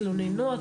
למתלוננות